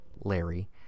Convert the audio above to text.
Larry